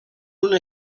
una